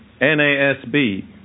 NASB